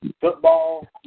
football